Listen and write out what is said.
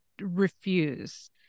refuse